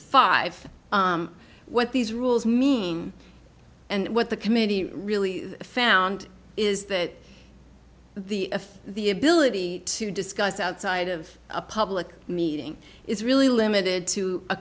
five what these rules mean and what the committee really found is that the if the ability to discuss outside of a public meeting is really limited to a